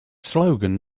slogan